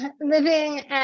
living